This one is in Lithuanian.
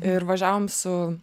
ir važiavom su